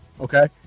Okay